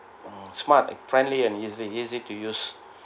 smart friendly and easily easy to use